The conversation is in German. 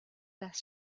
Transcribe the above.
das